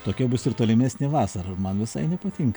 tokia bus ir tolimesnė vasara ir man visai nepatink